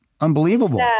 unbelievable